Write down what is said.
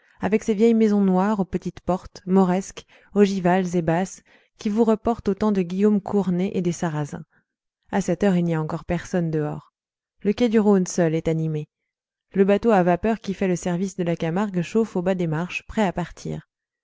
avec ses vieilles maisons noires aux petites portes moresques ogivales et basses qui vous reportent au temps de guillaume court nez et des sarrasins à cette heure il n'y a encore personne dehors le quai du rhône seul est animé le bateau à vapeur qui fait le service de la camargue chauffe au bas des marches prêt à partir